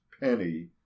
penny